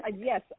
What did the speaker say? Yes